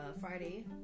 Friday